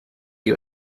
you